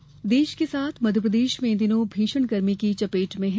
मौसम देश के साथ साथ मध्यप्रदेश भी इन दिनों भीषण गर्मी की चपेट में है